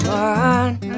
one